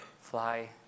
fly